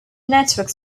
network